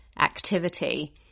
activity